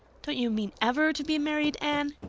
don't you mean ever to be married, anne?